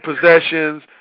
possessions